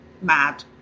mad